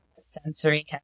sensory